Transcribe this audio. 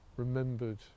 Remembered